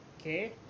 okay